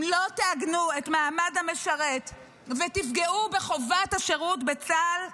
אם לא תעגנו את מעמד המשרת ותפגעו בחובת השירות בצה"ל,